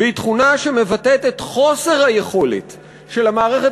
והיא תכונה שמבטאת את חוסר היכולת של המערכת